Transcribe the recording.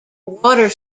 water